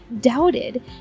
doubted